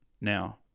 Now –